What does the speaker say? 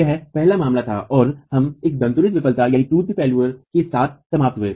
यह पहला मामला था और हम एक दन्तुरित विफलता के साथ समाप्त हुए